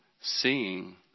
seeing